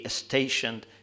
stationed